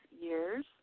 years